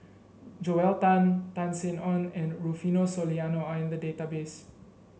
Joel Tan Tan Sin Aun and Rufino Soliano are in the database